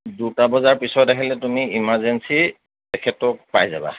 দুটা বজাৰ পিছত আহিলে তুমি ইমাৰ্জেঞ্চি তেখেতক পাই যাবা